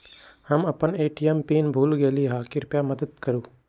हम अपन ATM pin भूल गेली ह, कृपया मदत करू